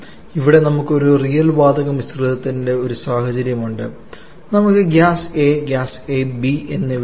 ഇവിടെ നമുക്ക് ഒരു റിയൽ വാതക മിശ്രിതത്തിന് ഒരു സാഹചര്യമുണ്ട് നമുക്ക് ഗ്യാസ് A ഗ്യാസ് B എന്നിവയുണ്ട്